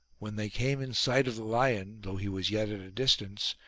when they came in sight of the lion, though he was yet at a distance,